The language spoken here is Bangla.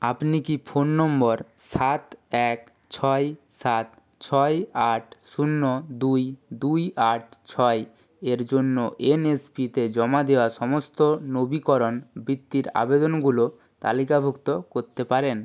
আপনি কি ফোন নম্বর সাত এক ছয় সাত ছয় আট শূন্য দুই দুই আট ছয় এর জন্য এনএসপিতে জমা দেওয়া সমস্ত নবীকরণ বিত্তির আবেদনগুলো তালিকাভুক্ত করতে পারেন